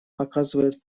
оказывает